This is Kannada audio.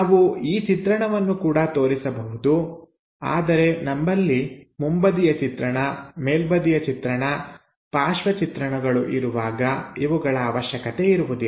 ನಾವು ಈ ಚಿತ್ರಣಗಳನ್ನು ಕೂಡ ತೋರಿಸಬಹುದು ಆದರೆ ನಮ್ಮಲ್ಲಿ ಮುಂಬದಿಯ ಚಿತ್ರಣ ಮೇಲ್ಬದಿಯ ಚಿತ್ರಣ ಪಾರ್ಶ್ವ ಚಿತ್ರಣಗಳು ಇರುವಾಗ ಇವುಗಳ ಅವಶ್ಯಕತೆಯಿರುವುದಿಲ್ಲ